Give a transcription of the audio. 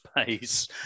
space